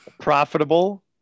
profitable